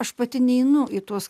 aš pati neinu į tuos